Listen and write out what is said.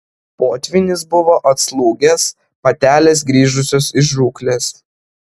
potvynis buvo atslūgęs patelės grįžusios iš žūklės